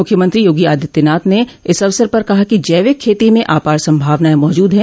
मुख्यमंत्री योगी आदित्यनाथ ने इस अवसर पर कहा कि जैविक खेती में आपार संभावनाएं मौजूद है